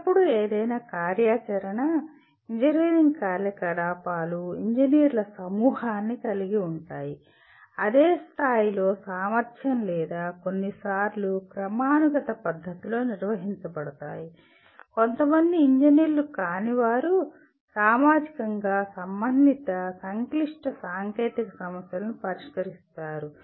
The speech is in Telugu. ఎల్లప్పుడూ ఏదైనా కార్యాచరణ ఇంజనీరింగ్ కార్యకలాపాలు ఇంజనీర్ల సమూహాన్ని కలిగి ఉంటాయి అదే స్థాయిలో సామర్థ్యం లేదా కొన్నిసార్లు క్రమానుగత పద్ధతిలో నిర్వహించబడతాయి కొంతమంది ఇంజనీర్లు కాని వారు సామాజికంగా సంబంధిత సంక్లిష్ట సాంకేతిక సమస్యలను పరిష్కరిస్తారు